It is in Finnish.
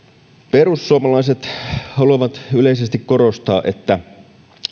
perussuomalaiset haluavat yleisesti korostaa että